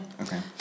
Okay